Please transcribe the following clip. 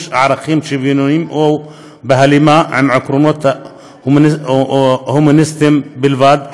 ערכים שוויוניים או בהלימה עם עקרונות הומניסטיים בלבד,